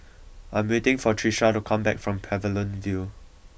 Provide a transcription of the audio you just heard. I am waiting for Trisha to come back from Pavilion View